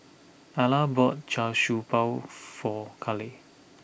Alla bought Char Siew Bao for Kaley